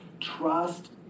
Trust